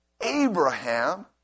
abraham